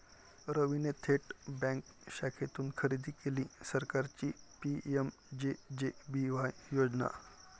रवीने थेट बँक शाखेतून खरेदी केली सरकारची पी.एम.जे.जे.बी.वाय योजना